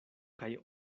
kaj